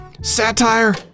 satire